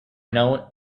known